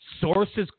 sources